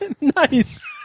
Nice